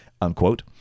unquote